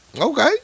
Okay